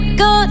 go